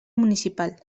municipal